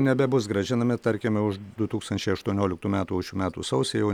nebebus grąžinami tarkime už du tūkstančiai aštuonioliktų metų už šių metų sausį jau